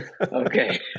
Okay